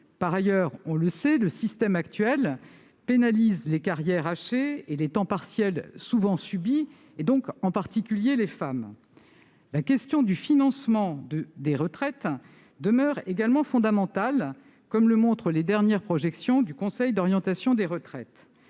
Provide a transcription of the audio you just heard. Par ailleurs, on le sait, le système actuel pénalise les carrières hachées et les temps partiels souvent subis, situations vécues en particulier par les femmes. La question du financement des retraites demeure également fondamentale, comme le montrent les dernières projections du Conseil d'orientation des retraites.